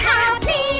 Happy